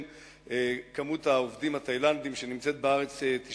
מספר העובדים התאילנדים שנמצאים בארץ,